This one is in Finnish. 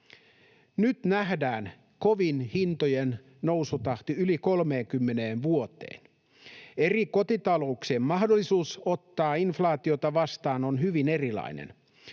Nyt nähdään kovin hintojen nousutahti yli 30 vuoteen. Eri kotitalouksien mahdollisuus ottaa inflaatiota vastaan on hyvin erilainen.